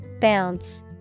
Bounce